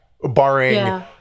barring